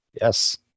Yes